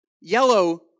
Yellow